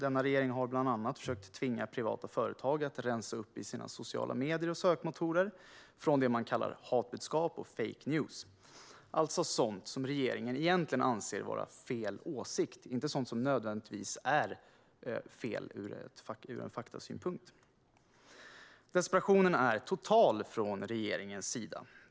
Denna regering har bland annat försökt att tvinga privata företag att rensa upp i sina sociala medier eller sökmotorer från det som man kallar hatbudskap och fake news - alltså sådant som regeringen egentligen anser vara fel åsikt, inte sådant som nödvändigtvis är fel från faktasynpunkt. Desperationen är total från regeringens sida.